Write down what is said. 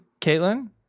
Caitlin